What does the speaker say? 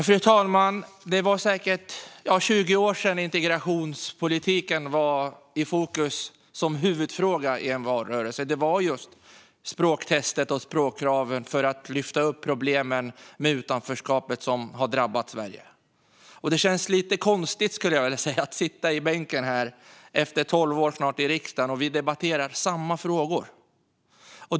Fru talman! Det är säkert 20 år sedan integrationspolitiken var i fokus som huvudfråga i en valrörelse. Då handlade det just om språktest och språkkrav för att lyfta fram problemen med utanförskapet, som har drabbat Sverige. Det känns lite konstigt att ha suttit här i riksdagen i tolv år, och vi debatterar samma frågor.